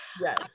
Yes